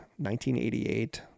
1988